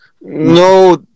No